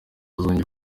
zongeye